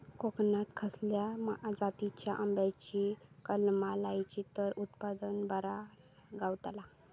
कोकणात खसल्या जातीच्या आंब्याची कलमा लायली तर उत्पन बरा गावताला?